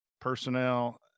personnel